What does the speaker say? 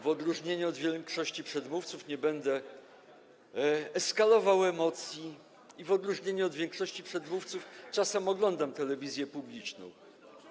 W odróżnieniu od większości przedmówców nie będę eskalował emocji i w odróżnieniu od większości przedmówców czasem oglądam telewizję publiczną.